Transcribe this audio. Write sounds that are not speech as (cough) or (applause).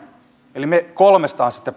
eli me kolmestaan sitten (unintelligible)